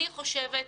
אני חושבת,